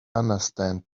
understand